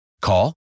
Call